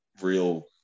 real